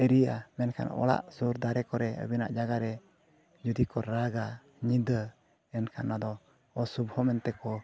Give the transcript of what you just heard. ᱢᱮᱱᱠᱷᱟᱱ ᱚᱲᱟᱜ ᱥᱩᱨ ᱫᱷᱟᱨᱮ ᱠᱚᱨᱮ ᱟᱹᱵᱤᱱᱟᱜ ᱡᱟᱭᱜᱟ ᱨᱮ ᱡᱩᱫᱤ ᱠᱚ ᱨᱟᱜᱟ ᱧᱤᱫᱟᱹ ᱮᱱᱠᱷᱟᱱ ᱱᱚᱣᱟ ᱫᱚᱠᱚ ᱚᱥᱩᱵᱷᱚ ᱢᱮᱱ ᱛᱮᱠᱚ